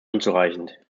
unzureichend